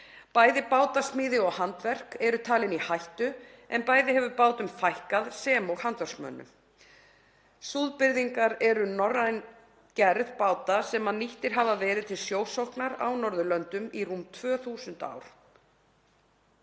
Bæði bátasmíði og handverk eru talin í hættu, en bæði hefur bátum fækkað og handverksmönnum. Súðbyrðingar eru norræn gerð báta sem nýttir hafa verið til sjósóknar á Norðurlöndum í rúm 2.000 ár.